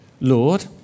Lord